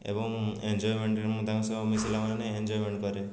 ଏବଂ ଏଞ୍ଜୟମେଣ୍ଟ୍ ବି ମୁଁ ତାଙ୍କ ସହ ମିଶିଲା ମାନେ ଏଞ୍ଜୟମେଣ୍ଟ୍ କରେ